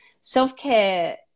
Self-care